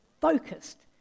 focused